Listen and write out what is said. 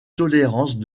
tolérance